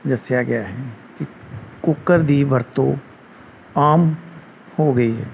ਦੱਸਿਆ ਗਿਆ ਹੈ ਕਿ ਕੁੱਕਰ ਦੀ ਵਰਤੋਂ ਆਮ ਹੋ ਗਈ ਹੈ